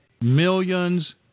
millions